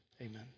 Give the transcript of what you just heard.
amen